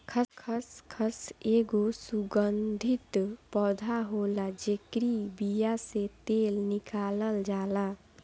खसखस एगो सुगंधित पौधा होला जेकरी बिया से तेल निकालल जाला